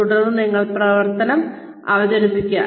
തുടർന്ന് നിങ്ങൾ പ്രവർത്തനം അവതരിപ്പിക്കുക